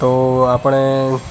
તો આપણે